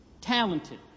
talented